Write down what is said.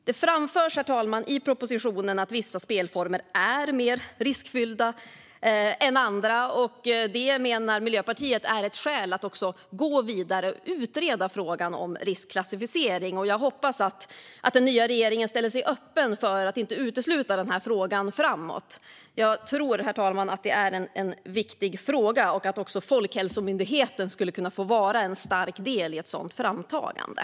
Det framförs, herr talman, i propositionen att vissa spelformer är mer riskfyllda än andra. Miljöpartiet menar att det också är ett skäl att gå vidare och utreda frågan om riskklassificering. Jag hoppas att den nya regeringen ställer sig öppen för att inte utesluta denna fråga framåt. Jag tror, herr talman, att det är en viktig fråga och att Folkhälsomyndigheten skulle kunna vara en stark del i ett sådant här framtagande.